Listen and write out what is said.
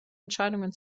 entscheidungen